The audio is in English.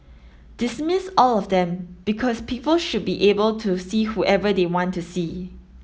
dismiss all of them because people should be able to see whoever they want to see